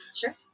Sure